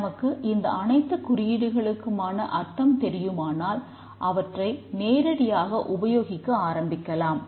நமக்கு இந்த அனைத்துக் குறியீடுகளுக்குமான அர்த்தம் தெரியுமானால் அவற்றை நேரடியாக உபயோகிக்க ஆரம்பிக்கலாம்